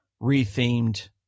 rethemed